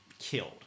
killed